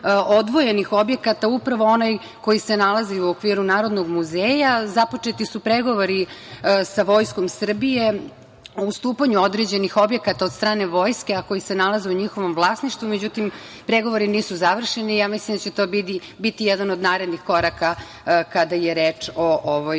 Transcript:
odvojenih objekata upravo onaj koji se nalazi u okviru Narodnog muzeja. Započeti su pregovori sa Vojskom Srbije o ustupanju određenih objekata od strane vojske, a koji se nalaze u njihovom vlasništvu, međutim, pregovori nisu završeni. Ja mislim da će to biti jedan od narednih koraka kada je reč o ovoj